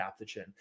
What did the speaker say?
adaptogen